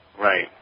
Right